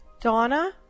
Donna